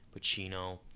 Pacino